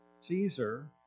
Caesar